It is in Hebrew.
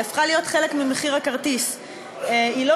היא הפכה להיות חלק ממחיר הכרטיס.